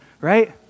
right